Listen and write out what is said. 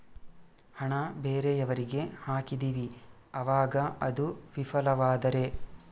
ಹಣ ಬೇರೆಯವರಿಗೆ ಹಾಕಿದಿವಿ ಅವಾಗ ಅದು ವಿಫಲವಾದರೆ?